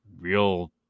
real